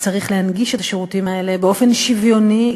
צריך להנגיש את השירותים האלה באופן שוויוני,